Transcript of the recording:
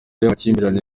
y’amakimbirane